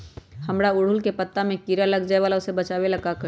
हमरा ओरहुल के पत्ता में किरा लग जाला वो से बचाबे ला का करी?